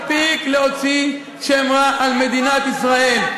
מספיק להוציא שם רע על מדינת ישראל.